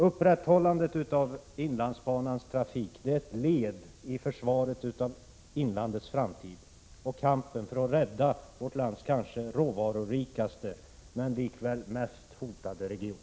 Upprätthållandet av inlandsbanans trafik är ett led i försvaret av inlandets framtid och i kampen för att rädda vårt lands kanske råvarurikaste men likväl mest hotade region.